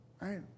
Right